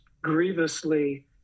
grievously